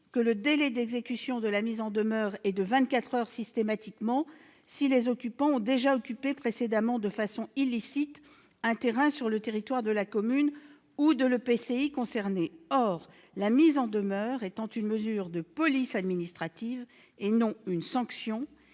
que le délai d'exécution de la mise en demeure est de vingt-quatre heures systématiquement si les occupants ont déjà occupé précédemment de façon illicite un terrain sur le territoire de la commune ou de l'EPCI concerné. Or la mise en demeure étant une mesure de police administrative et non une sanction,